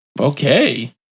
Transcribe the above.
Okay